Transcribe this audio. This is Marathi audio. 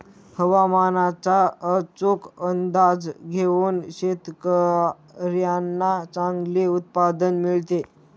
हवामानाचा अचूक अंदाज घेऊन शेतकाऱ्यांना चांगले उत्पादन मिळते